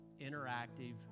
interactive